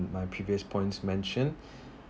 my previous point mention